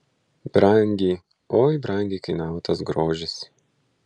brangiai oi brangiai kainavo tas grožis